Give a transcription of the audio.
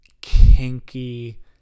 kinky